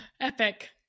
Epic